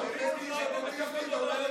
אתם יותר בכיוון,